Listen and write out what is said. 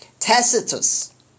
Tacitus